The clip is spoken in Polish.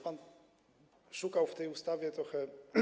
Pan szukał w tej ustawie trochę.